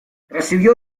recibió